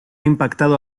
impactado